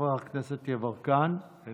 חבר הכנסת יברקן, בבקשה.